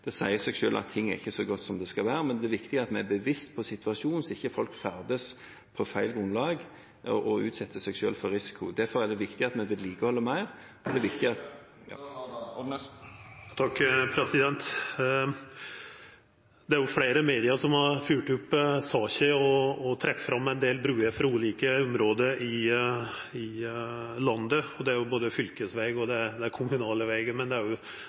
seg selv at ting ikke er som de skal være. Men det er viktig at vi er bevisste på situasjonen, slik at ikke folk ferdes på feil grunnlag og utsetter seg selv for risiko. Derfor er det viktig at vi vedlikeholder mer … Tida er ute. Det er jo fleire medium som har fylgt opp saka og trekt fram ein del bruer frå ulike område i landet. Det er fylkesvegar, og det er kommunale vegar, men det er